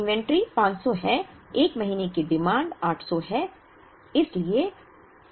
inventory 500 है 1 महीने की डिमांड 800 है